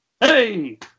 Hey